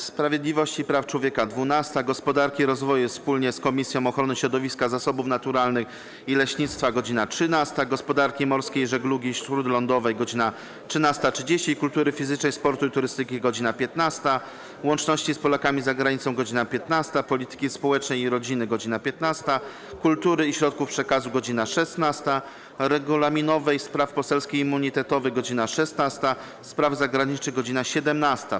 Sprawiedliwości i Praw Człowieka - godz. 12, - Gospodarki i Rozwoju wspólnie z Komisją Ochrony Środowiska, Zasobów Naturalnych i Leśnictwa - godz. 13, - Gospodarki Morskiej i Żeglugi Śródlądowej - godz. 13.30, - Kultury Fizycznej, Sportu i Turystyki - godz. 15, - Łączności z Polakami za Granicą - godz. 15, - Polityki Społecznej i Rodziny - godz. 15, - Kultury i Środków Przekazu - godz. 16, - Regulaminowej, Spraw Poselskich i Immunitetowych - godz. 16, - Spraw Zagranicznych - godz. 17.